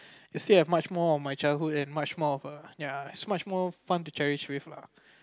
I still have much more of my childhood and much more of a ya it's much more fun to cherish with lah